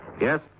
Yes